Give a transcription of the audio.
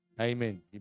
Amen